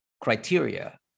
criteria